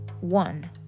one